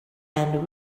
and